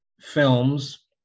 films